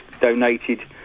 donated